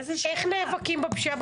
איך נאבקים בפשיעה בחברה הערבית?